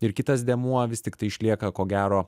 ir kitas dėmuo vis tiktai išlieka ko gero